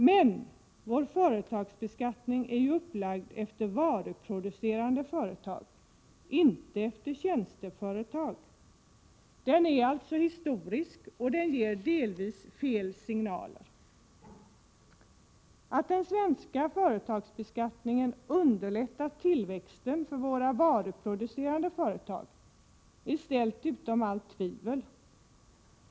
Men vår företagsbeskattning är ju upplagd med hänsyn till varuproducerande företag, inte tjänsteföretag — den bygger alltså på historiska förhållanden och ger delvis fel signaler. Att den svenska företagsbeskattningen underlättat tillväxten för våra varuproducerande företag är ställt utom allt tvivel.